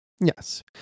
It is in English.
Yes